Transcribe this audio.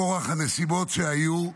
מכורח הנסיבות שהיו.